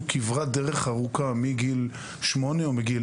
כברת דרך ארוכה מגיל ילדות והגיעו לגיל